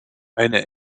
eine